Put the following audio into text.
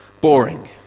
boring